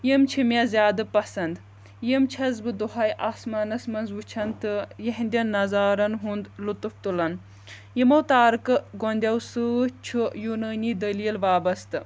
یِم چھِ مےٚ زیادٕ پَسَنٛد یِم چھَس بہٕ دۄہَے آسمانَس منٛز وٕچھان تہٕ یِہِنٛدٮ۪ن نَظارَن ہُنٛد لُطُف تُلان یِمو تارکہٕ گۄنٛدٮ۪و سۭتۍ چھُ یوٗنٲنی دٔلیٖل وابَستہٕ